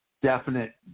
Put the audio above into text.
Definite